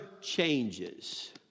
changes